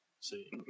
See